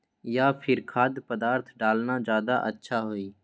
या फिर खाद्य पदार्थ डालना ज्यादा अच्छा होई?